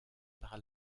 par